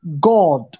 God